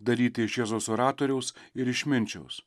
daryti iš jėzaus oratoriaus ir išminčiaus